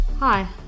Hi